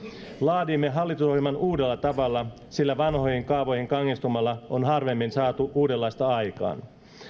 laadimme hallitusohjelman uudella tavalla sillä vanhoihin kaavoihin kangistumalla on harvemmin saatu uudenlaista aikaan ilmiöpohjainen